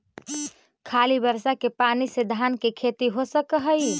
खाली बर्षा के पानी से धान के खेती हो सक हइ?